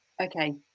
okay